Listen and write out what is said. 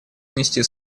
внести